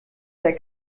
der